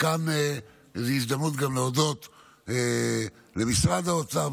כאן ההזדמנות להודות למשרד האוצר,